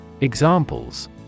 Examples